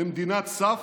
למדינת סף,